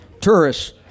tourists